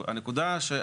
הנקודה היא,